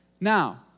Now